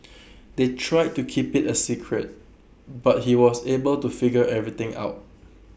they tried to keep IT A secret but he was able to figure everything out